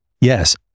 yes